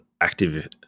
active